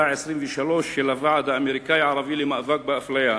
ה-23 של הוועד האמריקני-ערבי למאבק באפליה.